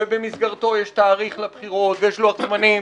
-- ובמסגרתו יש תאריך לבחירות, ויש לוח זמנים.